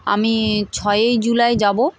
আমি ছয়ই জুলাই যাব